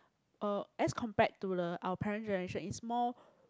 uh as compared to the our parent generation it's more